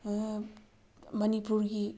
ꯃꯅꯤꯄꯨꯔꯒꯤ